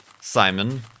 Simon